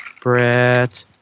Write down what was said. Brett